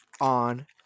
on